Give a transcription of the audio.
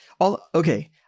Okay